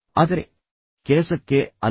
ಆದರೆ ಕೆಲಸಕ್ಕೆ ಅಲ್ಲ